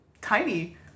tiny